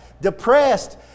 depressed